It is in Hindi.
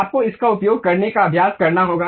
आपको इसका उपयोग करने का अभ्यास करना होगा